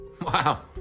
Wow